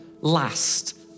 last